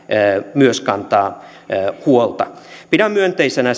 myös kantaa huolta pidän myönteisenä